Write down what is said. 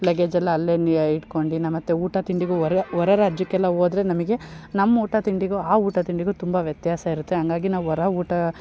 ಲೆಗೇಜೆಲ್ಲ ಅಲ್ಲೇಯೇ ಇಟ್ಕೊಂಡು ನಾ ಮತ್ತೆ ಊಟ ತಿಂಡಿಗೂ ಒರ್ಯ ಹೊರ ರಾಜ್ಯಕ್ಕೆಲ್ಲ ಹೋದ್ರೆ ನಮಗೆ ನಮ್ಮ ಊಟ ತಿಂಡಿಗೂ ಆ ಊಟ ತಿಂಡಿಗೂ ತುಂಬ ವ್ಯತ್ಯಾಸ ಇರುತ್ತೆ ಹಂಗಾಗಿ ನಾವು ಹೊರ ಊಟ